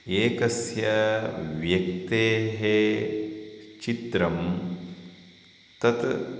एकस्य व्यक्तेः चित्रं तत्